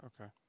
Okay